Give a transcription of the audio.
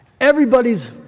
Everybody's